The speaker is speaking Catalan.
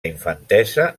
infantesa